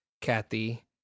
Kathy